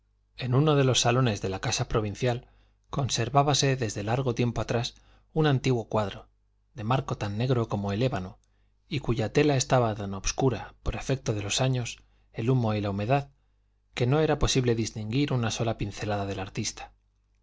en uno de los salones de la casa provincial conservábase desde largo tiempo atrás un antiguo cuadro de marco tan negro como el ébano y cuya tela estaba tan obscura por efecto de los años el humo y la humedad que no era posible distinguir una sola pincelada del artista